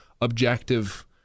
objective